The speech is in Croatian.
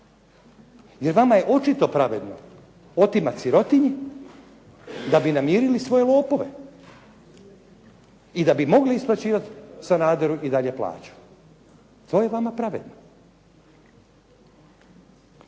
Jer vama je očito pravedno otimati sirotinji da bi namirili svoje lopove i da bi mogli isplaćivati Sanaderu i dalje plaću. To je vama pravedno.